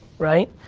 right?